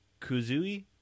kuzui